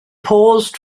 paused